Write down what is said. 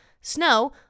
Snow